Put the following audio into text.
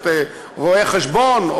למועצת רואי-חשבון,